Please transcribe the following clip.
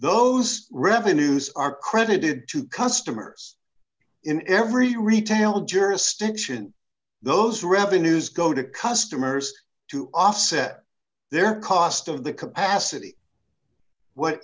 those revenues are credited to customers in every retail jurisdiction those revenues go to customers to offset their cost of the capacity what